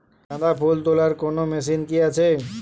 গাঁদাফুল তোলার কোন মেশিন কি আছে?